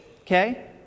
Okay